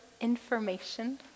information